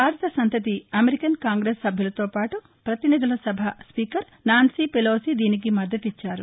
భారత సంతతి American Congress సభ్యులతో పాటు ప్రతినిధుల సభ స్పీకర్ నాన్సీ పెలోసీ దీనికి మద్దతిచ్చారు